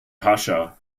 pasha